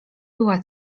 była